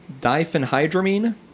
diphenhydramine